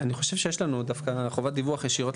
אני חושב שיש לנו בחוק אחר,